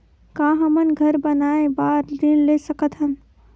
का हमन घर बनाए बार ऋण ले सकत हन?